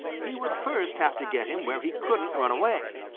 he would first have to get him where he couldn't run away.